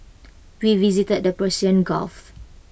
we visited the Persian gulf